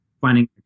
Finding